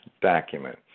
document